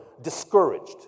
discouraged